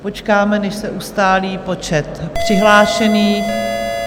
Počkáme, než se ustálí počet přihlášených.